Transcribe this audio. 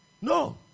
no